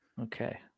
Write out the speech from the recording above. Okay